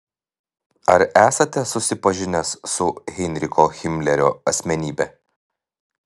ar esate susipažinęs su heinricho himlerio asmenybe